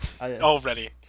Already